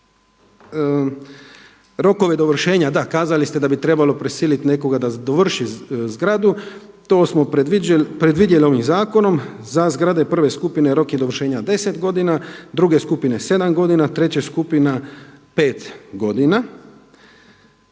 rokove dovršenja, da kazali ste da bi trebalo prisiliti nekoga da dovrši zgradu, to smo predvidjeli ovim zakonom. Za zgrade prve skupine rok je dovršenja 10 godina, druge skupine 7 godina, treća skupina 5 godina.